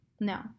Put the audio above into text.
No